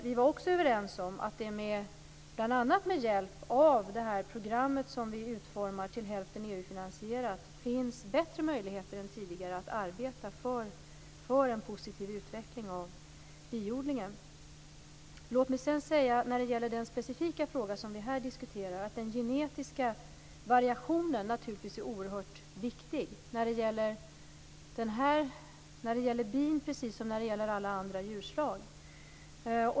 Vi var också överens om att det bl.a. med hjälp av det program som vi utformar till hälften EU-finansierat finns bättre möjligheter än tidigare att arbeta för en positiv utveckling av biodlingen. Låt mig sedan säga när det gäller den specifika fråga som vi här diskuterar att den genetiska variationen naturligtvis är oerhört viktig när det gäller bin precis som när det gäller alla andra djurslag.